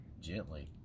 Gently